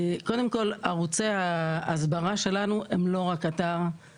קודם כל, ערוצי ההסברה שלנו הם לא רק אתר.